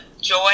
joy